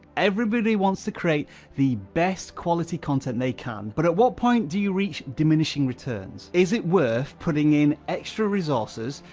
everybody wants to create the best quality content they can, but at what point do you reach diminishing returns? is it worth putting in extra resources,